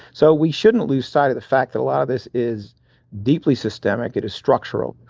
so we shouldn't lose sight of the fact that a lot of this is deeply systemic, it is structural.